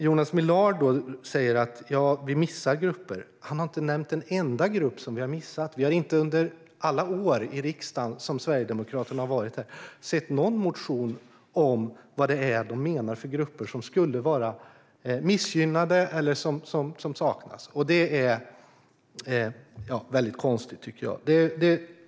Jonas Millard säger att vi missar grupper. Men han har inte nämnt en enda grupp som vi har missat. Under alla år som Sverigedemokraterna har varit i riksdagen har vi inte sett någon motion om vilka grupper de menar som skulle vara missgynnade eller som saknas. Det tycker jag är väldigt konstigt.